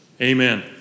Amen